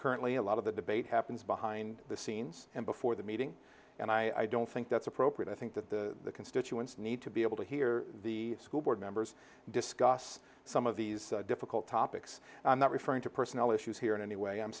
currently a lot of the debate happens behind the scenes and before the meeting and i don't think that's appropriate i think that the constituents need to be able to hear the school board members discuss some of these difficult topics not referring to personal issues here in any way i'm